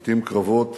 לעתים קרבות